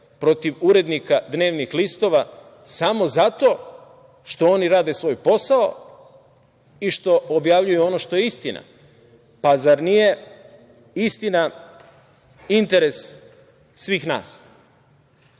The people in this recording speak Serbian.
protiv urednika dnevnih listova samo zato što oni rade svoj posao i što objavljuju ono što je istina. Zar nije istina interes svih